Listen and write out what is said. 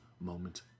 moment